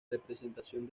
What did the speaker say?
representación